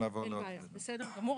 בסדר גמור.